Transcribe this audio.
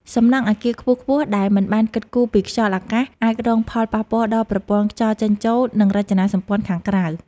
សំណង់អគារខ្ពស់ៗដែលមិនបានគិតគូរពីខ្យល់អាកាសអាចរងផលប៉ះពាល់ដល់ប្រព័ន្ធខ្យល់ចេញចូល និង រចនាសម្ព័ន្ធខាងក្រៅ។